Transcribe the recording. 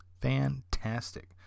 Fantastic